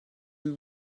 elli